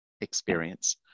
experience